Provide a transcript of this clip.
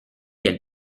elle